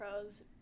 pros